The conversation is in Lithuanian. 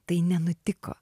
tai nenutiko